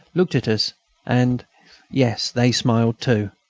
looked at us and yes, they smiled too.